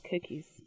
cookies